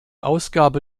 ausgabe